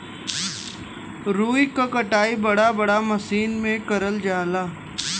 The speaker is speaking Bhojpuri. रुई क कटाई बड़ा बड़ा मसीन में करल जाला